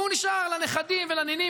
והוא נשאר לנכדים ולנינים.